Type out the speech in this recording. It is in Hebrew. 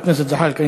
חבר הכנסת זחאלקה,